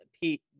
Pete